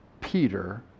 Peter